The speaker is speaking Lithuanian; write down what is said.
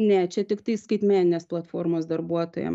ne čia tiktai skaitmeninės platformos darbuotojam